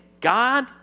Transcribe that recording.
God